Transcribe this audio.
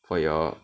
for your